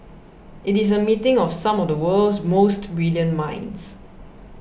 it is a meeting of some of the world's most brilliant minds